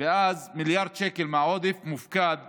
ואז מיליארד שקל מהעודף מופקד